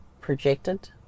projected